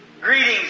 Greetings